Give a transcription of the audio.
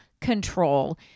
control